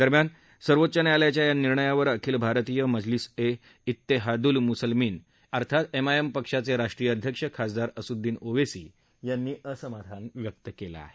दरम्यान सर्वोच्च न्यायालयाच्या या निर्णयावर अखिल भारतीय मजलिस ए झेहादुल मुसलिमिन एमआयएम पक्षाचे राष्ट्रीय अध्यक्ष खासदार असदुद्दीन ओवेसी यांनी असमाधान व्यक्त केलं आहे